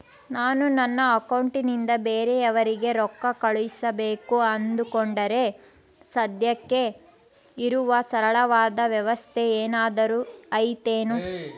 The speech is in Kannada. ನಾನು ನನ್ನ ಅಕೌಂಟನಿಂದ ಬೇರೆಯವರಿಗೆ ರೊಕ್ಕ ಕಳುಸಬೇಕು ಅಂದುಕೊಂಡರೆ ಸದ್ಯಕ್ಕೆ ಇರುವ ಸರಳವಾದ ವ್ಯವಸ್ಥೆ ಏನಾದರೂ ಐತೇನು?